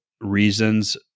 reasons